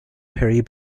perry